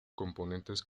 componentes